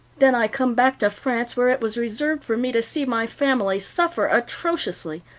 then i came back to france, where it was reserved for me to see my family suffer atrociously.